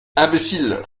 imbéciles